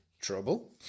Trouble